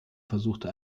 versuchte